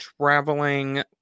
traveling